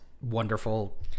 wonderful